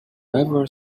ever